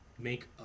make